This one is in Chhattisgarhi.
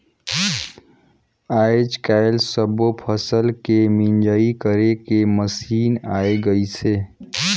आयज कायल सब्बो फसल के मिंजई करे के मसीन आये गइसे